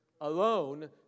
alone